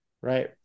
Right